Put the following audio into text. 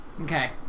Okay